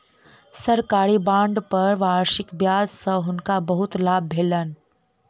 सरकारी बांड पर वार्षिक ब्याज सॅ हुनका बहुत लाभ भेलैन